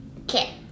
Okay